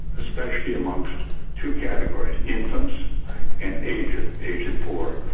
especially amongst two categories infants and aged, aged poor,